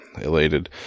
elated